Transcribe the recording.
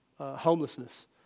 homelessness